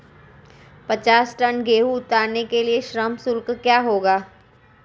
पचास टन गेहूँ उतारने के लिए श्रम शुल्क क्या होगा?